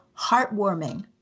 heartwarming